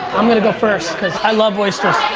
i'm gonna go first cause i love oysters.